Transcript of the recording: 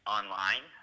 online